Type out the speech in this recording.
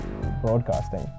broadcasting